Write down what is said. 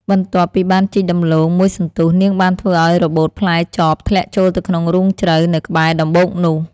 បន្ទាប់ពីបានជីកដំឡូងមួយសន្ទុះ នាងបានធ្វើឲ្យរបូតផ្លែចបធ្លាក់ចូលក្នុងរូងជ្រៅនៅក្បែរដំបូកនោះ។